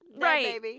Right